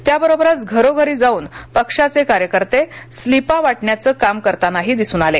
यावरोबरच घरोघरी जाऊन पक्षाचे कार्यकर्ते स्लिपा वाटण्याचा काम करतानाही दिसून आले